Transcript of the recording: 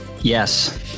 Yes